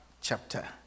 chapter